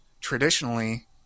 traditionally